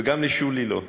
וגם לשולי לא.